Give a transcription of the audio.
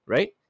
Right